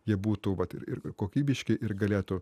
jie būtų vat ir ir kokybiški ir galėtų